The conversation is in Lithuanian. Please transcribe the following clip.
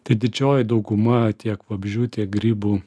tai didžioji dauguma tiek vabzdžių tiek grybų